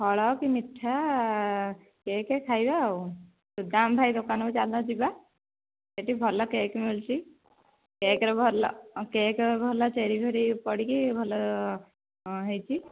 ଫଳ କି ମିଠା କେକ୍ ଖାଇବା ଆଉ ସୁଦାମ ଭାଇ ଦୋକାନକୁ ଚାଲୁନ ଯିବା ସେଠି ଭଲ କେକ୍ ମିଳୁଛି କେକ୍ରେ ଭଲ କେକ୍ରେ ଭଲ ଚେରି ଫେରି ପଡ଼ିକି ଭଲ ହୋଇଛି